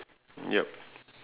ya